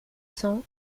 cents